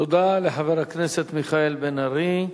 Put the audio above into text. תודה לחבר הכנסת מיכאל בן-ארי.